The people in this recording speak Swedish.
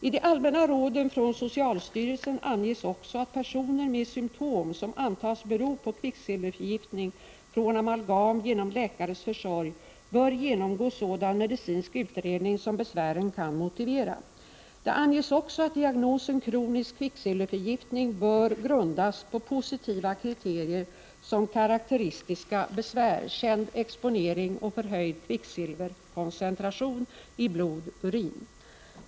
I de allmänna råden från socialstyrelsen anges också att personer med symtom som antas bero på kvicksilverförgiftning från amalgam genom läkares försorg bör genomgå sådan medicinsk utredning som besvären kan motivera. Det anges också att diagnosen kronisk kvicksilverförgiftning bör grundas på positiva kriterier som karaktäristiska besvär, känd exponering och förhöjd kvicksilverkoncentration i blod/urin.